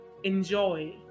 enjoy